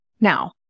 Now